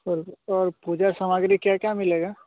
पर और पूजा सामाग्री क्या क्या मिलेगी